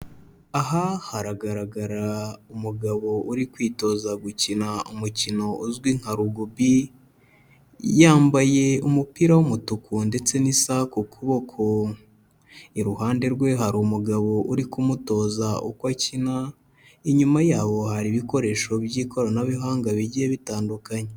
Aha haragaragara umugabo uri kwitoza gukina umukino uzwi nka rugby, yambaye umupira w'umutuku ndetse n'isaha ku kuboko. Iruhande rwe hari umugabo uri kumutoza uko akina, inyuma yabo hari ibikoresho by'ikoranabuhanga bigiye bitandukanye.